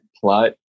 plot